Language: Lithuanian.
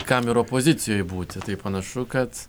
kam ir opozicijoje būti tai panašu kad